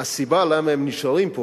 הסיבה שהם נשארים פה